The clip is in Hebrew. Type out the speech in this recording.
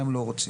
מה הם לא רוצים.